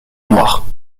noire